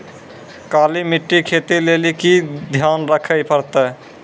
काली मिट्टी मे खेती लेली की ध्यान रखे परतै?